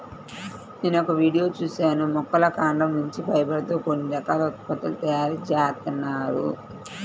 నేనొక వీడియో చూశాను మొక్కల కాండం నుంచి ఫైబర్ తో కొన్ని రకాల ఉత్పత్తుల తయారీ జేత్తన్నారు